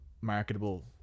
marketable